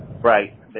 Right